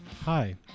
Hi